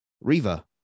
Riva